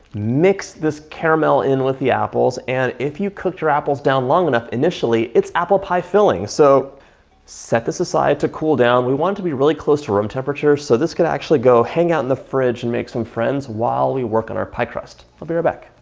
mix this caramel in with the apples. and if you cook your apples down long enough, initially, it's apple pie filling. so set this aside to cool down we want to be really close to room temperature. so this could actually go hang out in the fridge and make some friends, while we work on our pie crust. i'll be right back.